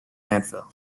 landfill